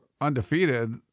undefeated